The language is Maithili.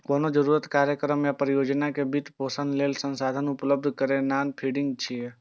कोनो जरूरत, कार्यक्रम या परियोजना के वित्त पोषण लेल संसाधन उपलब्ध करेनाय फंडिंग छियै